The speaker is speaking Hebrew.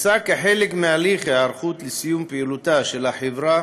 הוצע כחלק מהליכי ההיערכות לסיום פעילותה של החברה